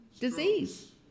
disease